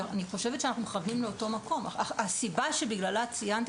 אני חושבת שאנחנו מכוונים לאותו מקום: הסיבה שבגללה ציינתי